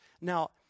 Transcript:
Now